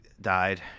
died